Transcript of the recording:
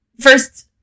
first